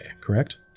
correct